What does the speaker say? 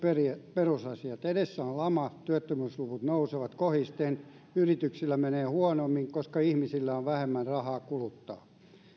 perusasiat edessä on lama työttömyysluvut nousevat kohisten yrityksillä menee huonommin koska ihmisillä on vähemmän rahaa kuluttaa